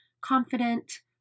confident